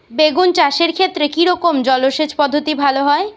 বেগুন চাষের ক্ষেত্রে কি রকমের জলসেচ পদ্ধতি ভালো হয়?